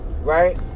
right